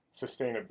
sustainability